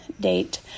date